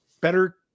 better